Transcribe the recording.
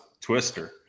Twister